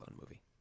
movie